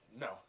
No